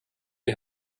you